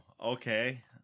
okay